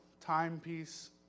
timepiece